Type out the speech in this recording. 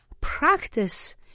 practice